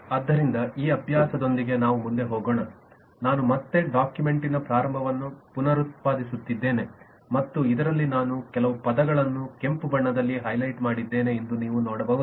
ಆದ್ದರಿಂದ ಈ ಅಭ್ಯಾಸದೊಂದಿಗೆ ನಾವು ಮುಂದೆ ಹೋಗೋಣ ನಾನು ಮತ್ತೆ ಡಾಕ್ಯುಮೆಂಟ್ನ ಪ್ರಾರಂಭವನ್ನು ಪುನರುತ್ಪಾದಿಸುತ್ತಿದ್ದೇನೆ ಮತ್ತು ಇದರಲ್ಲಿ ನಾನು ಕೆಲವು ಪದಗಳನ್ನು ಕೆಂಪು ಬಣ್ಣದಲ್ಲಿ ಹೈಲೈಟ್ ಮಾಡಿದ್ದೇನೆ ಎಂದು ನೀವು ನೋಡಬಹುದು